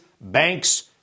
banks